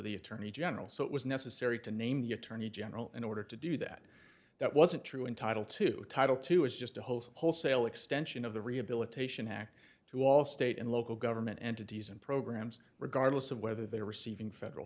the attorney general so it was necessary to name the attorney general in order to do that that wasn't true in title two title two is just a hose wholesale extension of the rehabilitation act to all state and local government entities and programs regardless of whether they are receiving federal